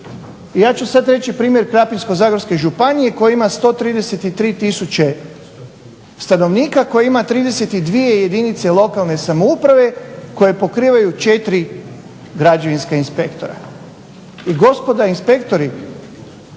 Ja ću sad reći primjer Krapinsko-zagorske županija koja ima 133 tisuće stanovnika, koja ima 32 jedinice lokalne samouprave koje pokrivaju 4 građevinska inspektora. I gospoda inspektori